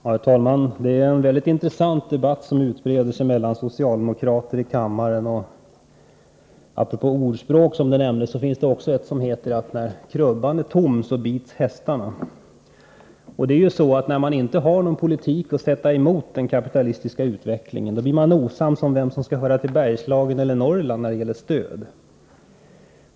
Herr talman! Det är en mycket intressant debatt som utspelar sig mellan socialdemokrater i kammaren. Apropå ordspråk finns det också ett som heter: ”När krubban är tom, bits hästarna.” När man inte har någon politik att sätta emot den kapitalistiska utvecklingen blir man osams om vem som skall höra till Bergslagens eller Norrlands stödområden.